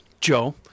Joe